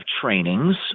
trainings